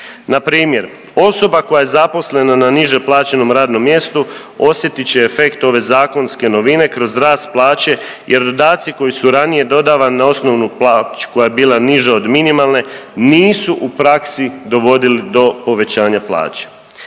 Npr. osoba koja je zaposlena na niže plaćenom radnom mjestu osjetit će efekt ove zakonske novine kroz rast plaće jer dodaci koji su ranije dodavani na osnovnu plaću koja je bila niža od minimalne nisu u praksi dovodili do povećanja plaće.